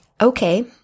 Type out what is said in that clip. okay